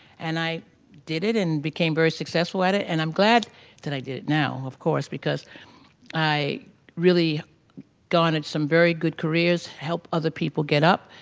and i did it and became very successful at it and i'm glad that i did it now, of course. because i really garndered some very good careers, helped other people get up,